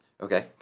Okay